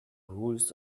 rules